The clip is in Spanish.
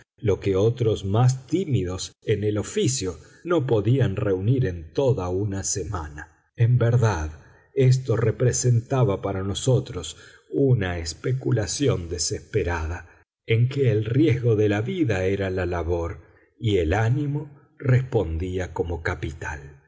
lo que otros más tímidos en el oficio no podían reunir en toda una semana en verdad esto representaba para nosotros una especulación desesperada en que el riesgo de la vida era la labor y el ánimo respondía como capital